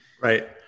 Right